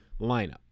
lineup